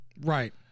Right